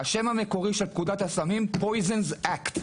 השם המקורי של פקודת הסמים - פרוייזן --- אקט,